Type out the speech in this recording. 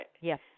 Yes